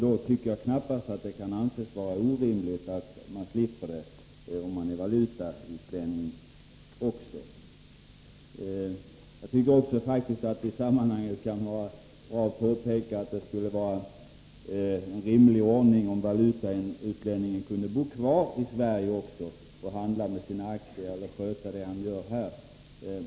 Då anser jag att det knappast kan anses vara orimligt att även valutautlänningarna slipper göra det. Det kan i sammanhanget vara bra att påpeka att det skulle vara en rimlig ordning om valutautlänningarna kunde bo kvar i Sverige också och handla med sina aktier och sköta sina affärer här.